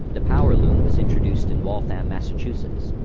the power loom was introduced in waltham, massachusetts,